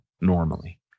normally